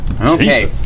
Okay